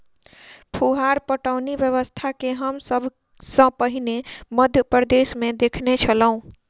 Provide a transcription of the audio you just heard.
फुहार पटौनी व्यवस्था के हम सभ सॅ पहिने मध्य प्रदेशमे देखने छलौं